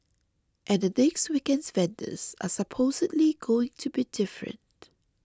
and the next weekend's vendors are supposedly going to be different